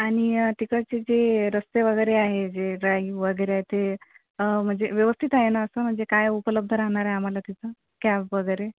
आणि तिकडचे जे रस्ते वगैरे आहे जे ड्राईव वगैरे ते म्हणजे व्यवस्थित आहे ना असं म्हणजे काय उपलब्ध रहाणारे आम्हाला तिथं कॅब वगैरे